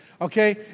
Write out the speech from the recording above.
Okay